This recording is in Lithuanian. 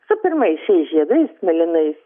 su pirmaisiais žiedais mėlynais